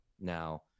now